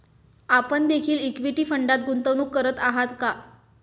आपण देखील इक्विटी फंडात गुंतवणूक करत आहात का?